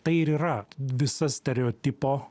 tai ir yra visas stereotipo